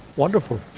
wonderful.